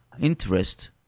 interest